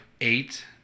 eight